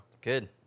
Good